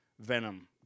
Venom